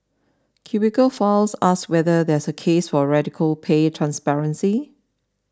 Cubicle Files asks whether there's a case for radical pay transparency